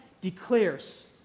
declares